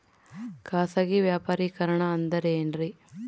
ಖಾಸಗಿ ವ್ಯಾಪಾರಿಕರಣ ಅಂದರೆ ಏನ್ರಿ?